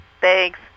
Thanks